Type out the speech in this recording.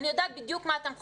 אני יודעת בדיוק מה אתם חושבים.